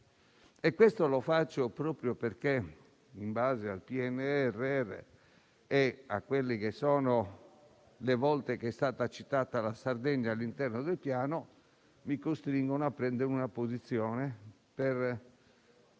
(PNRR). Lo faccio proprio perché, in base al PNRR e a quelle che sono le volte che è stata citata la Sardegna all'interno del Piano, sono costretto a prendere una posizione per